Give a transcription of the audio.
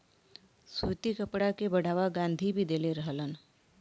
सूती कपड़ा के बढ़ावा गाँधी भी देले रहलन